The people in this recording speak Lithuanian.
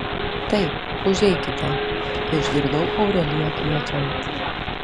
taip užeikite išgirdau aureliją kviečiant